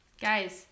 Guys